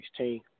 2016